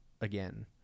again